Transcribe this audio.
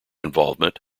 involvement